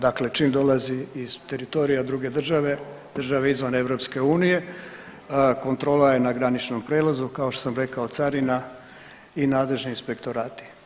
Dakle čim dolazi iz teritorija druge države, države izvan EU, kontrola je na graničnom prijelazu, kao što sam rekao, carina i nadležni inspektorati.